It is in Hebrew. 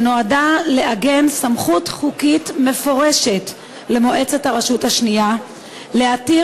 שנועדה לעגן סמכות חוקית מפורשת למועצת הרשות השנייה ולהתיר